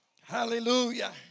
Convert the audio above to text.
hallelujah